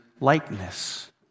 likeness